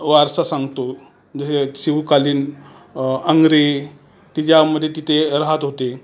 वारसा सांगतो जसे शिवकालीन आंग्रे तिच्यामध्ये तिथे राहत होते